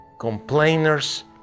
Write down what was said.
complainers